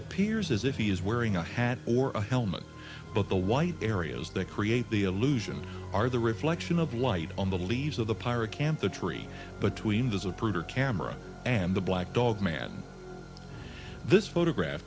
appears as if he is wearing a hat or a helmet but the white areas that create the illusion are the reflection of light on the leaves of the pirate camp the tree between disapprove her camera and the black dog man in this photograph